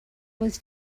was